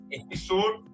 episode